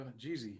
Jeezy